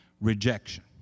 rejection